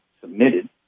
submitted